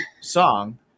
song